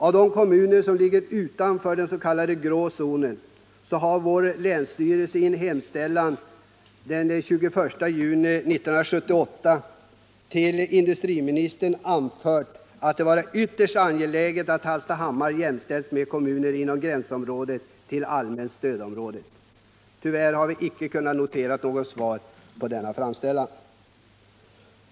Av de kommuner som ligger utanför den s.k. grå zonen har länsstyrelsen i en hemställan till industriministern den 21 juni 1978 anfört att det är ytterst angeläget att Hallstahammar jämställs med kommun inom gränsområde till allmänt stödområde. Tyvärr har vi icke fått något svar på denna framställan.